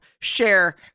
share